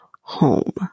home